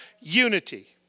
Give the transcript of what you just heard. unity